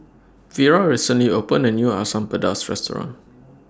Vira recently opened A New Asam Pedas Restaurant